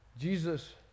jesus